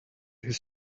his